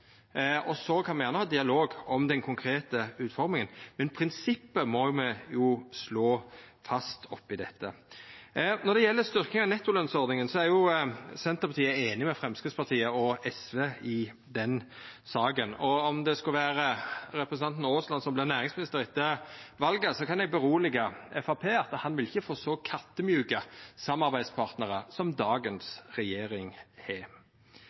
kan gjerne ha dialog om den konkrete utforminga, men prinsippet i dette må me jo slå fast. Når det gjeld styrking av nettolønsordninga, er Senterpartiet einig med Framstegspartiet og SV i den saka. Om det skulle vera representanten Aasland som vert næringsminister etter valet, kan eg roa Framstegspartiet med at han ikkje vil få så kattemjuke samarbeidspartnarar som dagens regjering har.